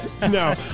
No